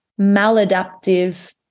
maladaptive